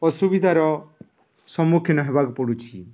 ଅସୁବିଧାର ସମ୍ମୁଖୀନ ହେବାକୁ ପଡ଼ୁଛି